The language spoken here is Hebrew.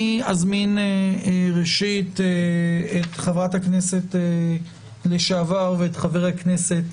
אני אזמין ראשית את חברת הכנסת לשעבר ואת חבר הכנסת